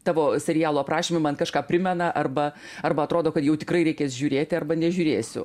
tavo serialų aprašymai man kažką primena arba arba atrodo kad jau tikrai reikės žiūrėti arba nežiūrėsiu